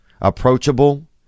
approachable